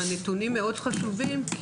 הנתונים הם מאוד חשובים.